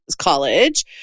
college